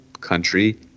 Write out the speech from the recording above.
country